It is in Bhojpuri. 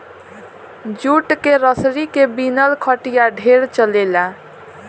जूट के रसरी के बिनल खटिया ढेरे चलेला